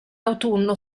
autunno